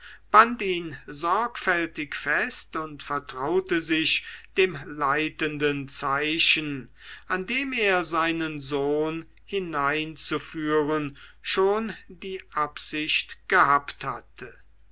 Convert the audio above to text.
band ihn sorgfältig fest und vertraute sich dem leitenden zeichen an dem er seinen sohn hineinzuführen schon die absicht gehabt hatte